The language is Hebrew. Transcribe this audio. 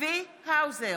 צבי האוזר,